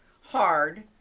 hard